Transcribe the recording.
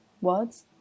words